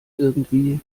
irgendwie